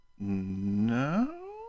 no